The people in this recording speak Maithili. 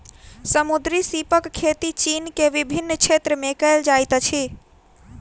समुद्री सीपक खेती चीन के विभिन्न क्षेत्र में कयल जाइत अछि